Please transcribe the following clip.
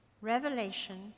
Revelation